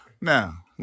Now